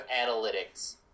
analytics